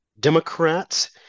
Democrats